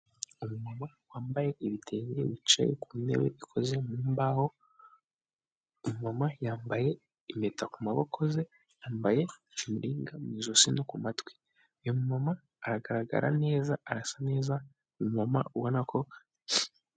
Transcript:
Umuntu wambaye ibitenge, wicaye ku ntebe ikoze mu mbaho, umu mama yambaye impeta ku maboko ye, yambaye umuringa mu ijosi, no ku matwi, uyu mu mama aragaragara neza, arasa neza, ni umu mama ubona ko.